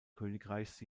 königreichs